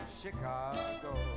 Chicago